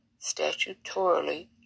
statutorily